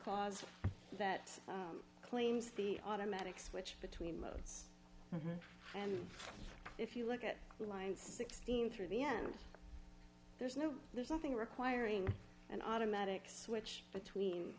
clause that claims the automatic switch between modes and if you look at the line sixteen through the end there's no there's something requiring an automatic switch between